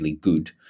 good